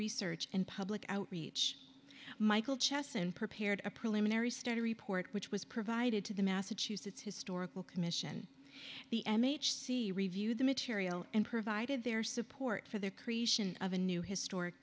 research and public outreach michael chesson prepared a preliminary study report which was provided to the massachusetts historical commission the m h c review the material and provided their support for the creation of a new historic